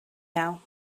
now